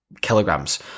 kilograms